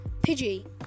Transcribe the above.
Pidgey